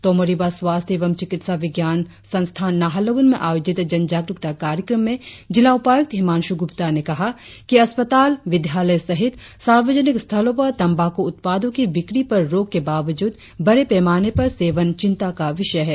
तोमो रिबा स्वास्थ्य एवं चिकित्सा विज्ञान संस्थान नाहरलगुन में आयोजित जनजागरुकता कार्यक्रम में जिला उपायुक्त हिमांशु ग्रप्ता ने कहा कि अस्पताल विद्यालय सहित सार्वजनिक स्थलों पर तंबाकू उत्पादों की बिक्री पर रोक के बाबजूद बड़े पैमाने पर सेवन चिंता का विषय है